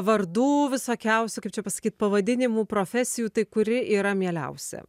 vardų visokiausių kaip čia pasakyt pavadinimų profesijų tai kuri yra mieliausia